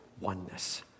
oneness